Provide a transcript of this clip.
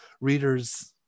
readers